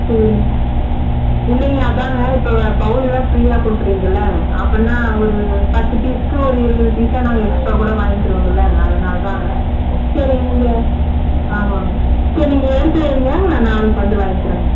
சரிங்க இல்லைங்க அதான்ங்க இப்போ பௌல்லாம் ஃப்ரீயாக குடுக்குறீங்கில்ல அப்பிடினா ஒரு பத்து பீஸுக்கு ஒரு இருபது பீஸ்ஸாக நாங்கள் எக்ஸ்ட்ரா கூட வாங்கிக்கிருவோங்கில்ல அதனால் தான்ங்க சரிங்க நீங்கள் ஆமாம்ங்க சரி நீங்கள் எடுத்து வையுங்க நான் நாளைக்கு வந்து வாங்கிக்கிறேன்ங்க